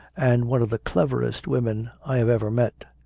and one of the cleverest women i have ever met.